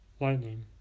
Lightning